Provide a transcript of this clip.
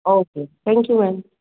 okay thank you ma'am